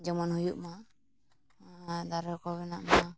ᱡᱮᱢᱚᱱ ᱦᱩᱭᱩᱜᱼᱢᱟ ᱟᱨ ᱫᱟᱨᱮ ᱠᱚᱨᱮᱱᱟᱜ ᱫᱚ